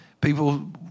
People